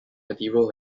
material